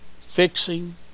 fixing